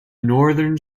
northern